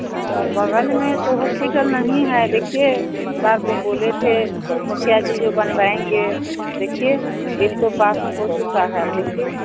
औ बगल में तो हॉस्पिटल नहीं है देखिए इस बार तो बोले थे मुखिया जी जो बनवाएँगे देखिए बिल तो पास हो चुका है अब देखिए